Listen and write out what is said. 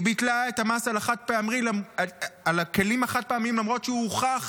היא ביטלה את המס על הכלים החד-פעמיים למרות שהוא הוכח